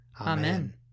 Amen